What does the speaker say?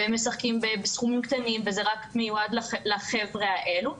והם משחקים בסכומים קטנים וזה רק מיועד לחבר'ה האלה,